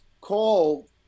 call